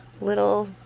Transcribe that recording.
little